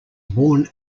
born